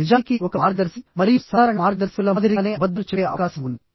నిజానికి ఒక మార్గదర్శి మరియు సాధారణ మార్గదర్శకుల మాదిరిగానే అబద్ధాలు చెప్పే అవకాశం ఉంది